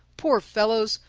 poor fellows!